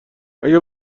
اگه